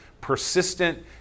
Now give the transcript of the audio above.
persistent